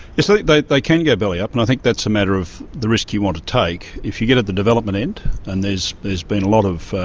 so like they they can go belly-up and i think that's a matter of the risk you want to take. if you get at the development end and there's there's been a lot of